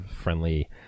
friendly